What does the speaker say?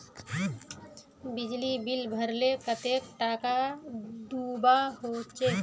बिजली बिल भरले कतेक टाका दूबा होचे?